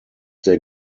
der